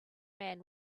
man